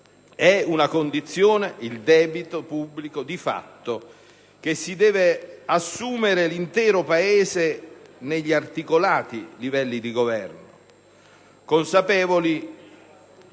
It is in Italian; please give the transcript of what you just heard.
è una condizione di fatto, che si deve assumere l'intero Paese negli articolati livelli di governo, consapevoli,